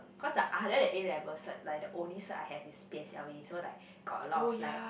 cause the other than A-level cert like the only cert I have is P_S_L_E so like got a lot of fly